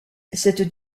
cette